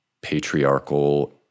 patriarchal